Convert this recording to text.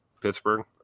Pittsburgh